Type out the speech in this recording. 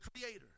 creator